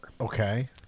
Okay